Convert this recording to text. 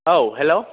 औ हेलौ